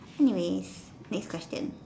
anyways next question